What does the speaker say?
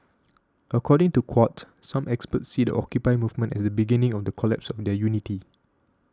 according to Quartz some experts see the Occupy movement as the beginning of the collapse of their unity